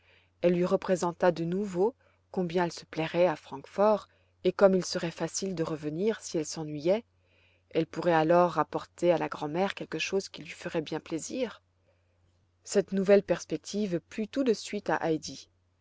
elle lui représenta de nouveau combien elle se plairait à francfort et comme il serait facile de revenir si elle s'ennuyait elle pourrait alors rapporter à la grand'mère quelque chose qui lui ferait bien plaisir cette nouvelle perspective plut tout de suite à heidi